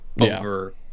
over